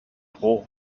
roh